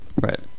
Right